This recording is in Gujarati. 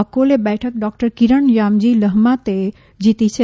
અકોલે બેઠક ડોક્ટર કિરણ યામજી લહામતેએ જીતી છે